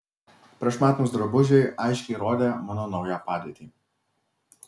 prašmatnūs drabužiai aiškiai rodė mano naują padėtį